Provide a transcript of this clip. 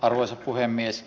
arvoisa puhemies